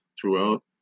throughout